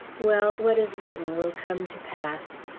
well, what is written will come to pass.